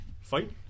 Fight